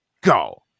Go